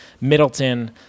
Middleton